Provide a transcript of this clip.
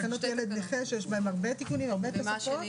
תקנות ילד נכה שיש בהן הרבה תיקונים והרבה תוספות,